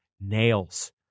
nails